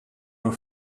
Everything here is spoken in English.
were